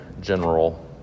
general